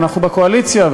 אנחנו בקואליציה,